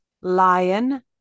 lion